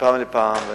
מפעם לפעם,